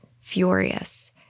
furious